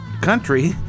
country